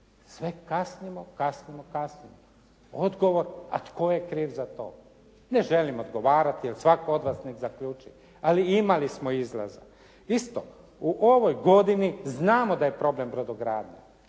Sve kasnimo, kasnimo, kasnimo. Odgovor, a tko je kriv za to? Ne želim odgovarati jer svatko nek zaključi. Ali imali smo izlaza. Isto u ovoj godini znamo da je problem brodogradnja.